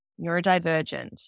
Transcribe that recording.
neurodivergent